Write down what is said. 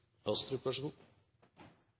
så god